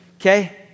Okay